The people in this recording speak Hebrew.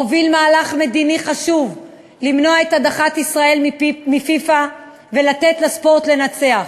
הוביל מהלך מדיני חשוב למנוע את הדחת ישראל מפיפ"א ולתת לספורט לנצח,